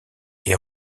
est